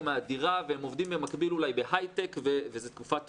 מהדירה והם עובדים במקביל אולי בהייטק וזו תקופה טובה,